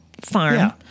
farm